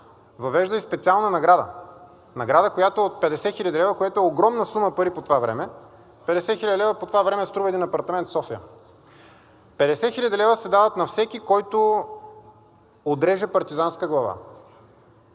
въвежда и специална награда – награда, която е от 50 хил. лв., което е огромна сума пари по това време. 50 хил. лв. по това време струва един апартамент в София. 50 хил. лв. се дават на всеки, който отреже партизанска глава.